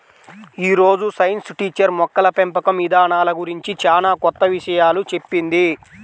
యీ రోజు science teacher మొక్కల పెంపకం ఇదానాల గురించి చానా కొత్త విషయాలు చెప్పింది